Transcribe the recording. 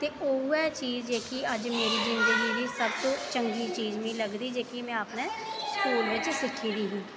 ते उ'ऐ चीज़ जेह्की मेरी जिंदगी दी अज्ज ते चंगी चीज़ मिगी लगदी जेह्ड़ी में अपने स्कूल बिच्च सिक्खी ही